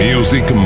Music